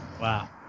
Wow